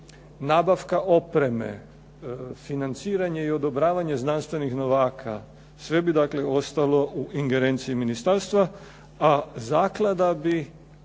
nabavka opreme, financiranje i odobravanje znanstvenih novaka, sve bi dakle ostalo u ingerenciji ministarstva, a zaklada bi,